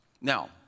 Now